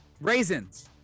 raisins